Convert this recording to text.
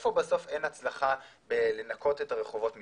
איפה בסוף אין הצלחנה בלנקות את הרחובות מפשיעה?